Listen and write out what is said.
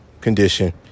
condition